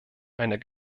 einer